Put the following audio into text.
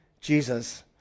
Jesus